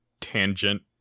tangent